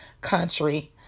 country